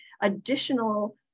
additional